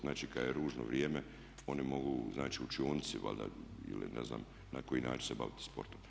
Znači, kad je ružno vrijeme oni mogu znači u učionici valjda ili ne znam na koji način se baviti sportom.